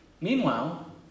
Meanwhile